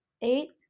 Eight